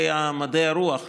אלא היה מובן מאליו פעם שלימודים,